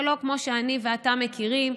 ולא כמו שאני ואתה מכירים,